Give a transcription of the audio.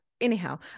anyhow